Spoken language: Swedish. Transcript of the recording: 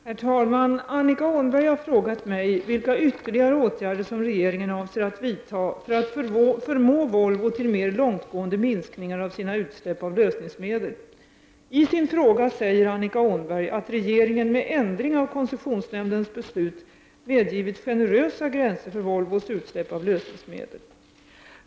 Herr talman! Annika Åhnberg har frågat mig vilka ytterligare åtgärder som regeringen avser att vidta för att förmå Volvo till mer långtgående minskningar av sina utsläpp av lösningsmedel. I sin fråga säger Annika Åhnberg att regeringen med ändring av koncessionsnämndens beslut medgivit generösa gränser för Volvos utsläpp av lösningsmedel.